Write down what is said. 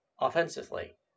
Offensively